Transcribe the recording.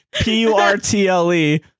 P-U-R-T-L-E